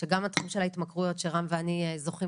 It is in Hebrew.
שגם התחום של ההתמכרויות שרם ואני זוכים